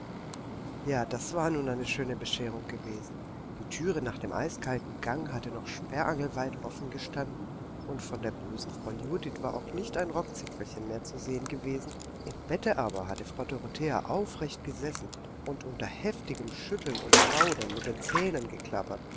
ja das war nun eine schöne bescherung gewesen die thüre nach dem eisigkalten gang hatte noch sperrangelweit offen gestanden und von der bösen frau judith war auch nicht ein rockzipfelchen mehr zu sehen gewesen im bette aber hatte frau dorothea aufrecht gesessen und unter heftigem schütteln und schaudern mit den zähnen geklappert